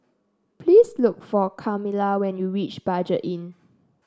please look for Kamilah when you reach Budget Inn